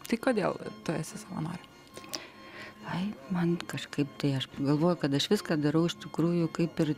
tai kodėl tu esi savanorė ai man kažkaip tai aš galvoju kad aš viską darau iš tikrųjų kaip ir